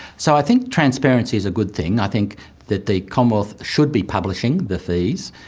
so i think transparency is a good thing. i think that the commonwealth should be publishing the fees.